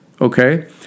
Okay